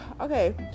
Okay